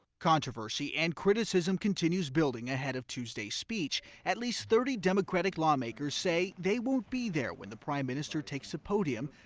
controversy and criticism continues building ahead of tuesday's speech. at least thirty democratic lawmakers say they won't be there when the prime minister takes the podium,